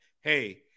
hey